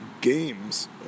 Games